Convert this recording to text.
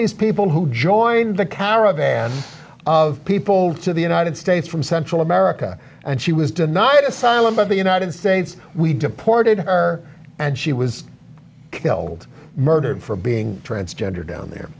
these people who joined the caravan of people to the united states from central america and she was denied asylum in the united states we deported her and she was killed murdered for being transgender down there